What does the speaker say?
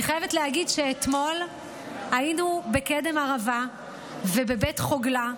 אני חייבת להגיד שאתמול היינו בקדם ערבה ובבית חגלה,